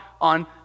on